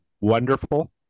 wonderful